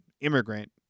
immigrant